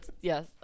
Yes